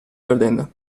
perdendo